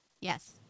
Yes